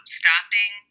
stopping